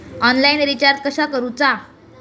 Online recharge कसा करूचा?